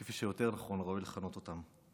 כפי שיותר נכון וראוי לכנות אותם.